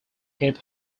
hip